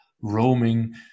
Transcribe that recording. roaming